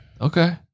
Okay